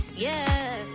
yeah,